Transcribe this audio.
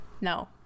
no